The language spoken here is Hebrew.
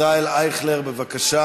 חבר הכנסת ישראל אייכלר, בבקשה.